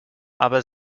aber